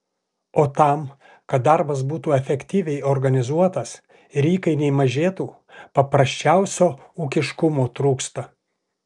o tam kad darbas būtų efektyviai organizuotas ir įkainiai mažėtų paprasčiausio ūkiškumo trūksta